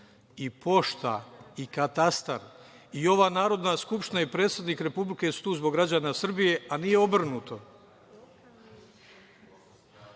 Pošta i Katastar i ova Narodna skupština i predsednik Republike su tu zbog građana Srbije, a nije obrnuto. Imaju